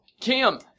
Kim